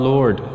Lord